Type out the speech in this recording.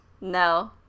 No